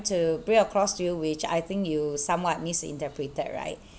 to bring across to you which I think you somewhat misinterpreted right